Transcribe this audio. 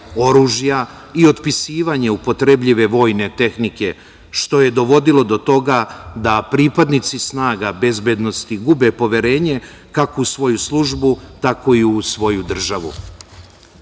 oružja i otpisivanje upotrebljive vojne tehnike, što je dovodilo do toga da pripadnici snaga bezbednosti gube poverenje kako u svoju službu, tako i u svoju državu. Taj